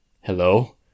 Hello